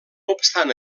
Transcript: obstant